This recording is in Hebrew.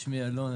שמי אלון,